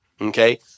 Okay